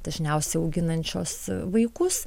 dažniausiai auginančios vaikus